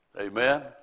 Amen